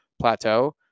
plateau